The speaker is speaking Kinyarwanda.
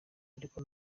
ariko